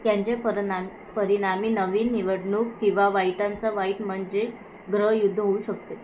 त्यांचे परिणाम परिणामी नवीन निवडणूक किंवा वाईटांचा वाईट म्हणजे गृहयुद्ध होऊ शकते